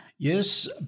Yes